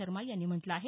शर्मा यांनी म्हटलं आहे